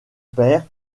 père